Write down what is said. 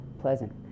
pleasant